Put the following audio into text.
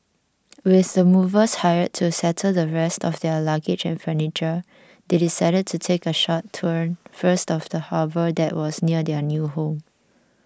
with the movers hired to settle the rest of their luggage and furniture they decided to take a short tour first of the harbour that was near their new home